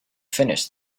finish